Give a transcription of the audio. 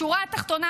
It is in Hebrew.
בשורה התחתונה,